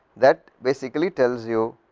that basically tells you,